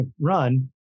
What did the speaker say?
run